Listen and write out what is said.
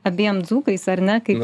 abiem dzūkais ar ne kaip